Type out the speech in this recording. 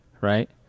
right